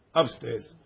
upstairs